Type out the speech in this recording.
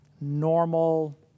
normal